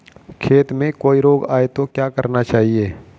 खेत में कोई रोग आये तो क्या करना चाहिए?